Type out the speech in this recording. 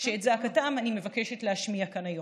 שאת זעקתם אני מבקשת להשמיע כאן היום.